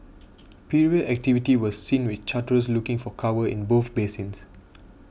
period activity was seen with charterers looking for cover in both basins